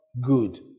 good